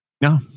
No